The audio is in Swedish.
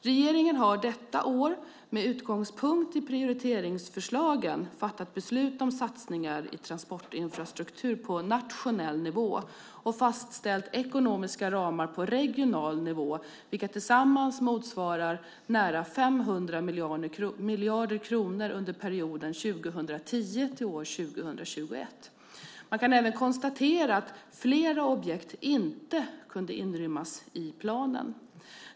Regeringen har detta år med utgångspunkt i prioriteringsförslagen fattat beslut om satsningar i transportinfrastruktur på nationell nivå och fastställt ekonomiska ramar på regional nivå, vilka tillsammans motsvarar nära 500 miljarder kronor under perioden 2010-2021. Man kan även konstatera att flera objekt inte kunde inrymmas i planen.